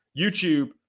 YouTube